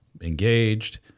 Engaged